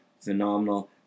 phenomenal